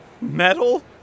Metal